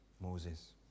Moses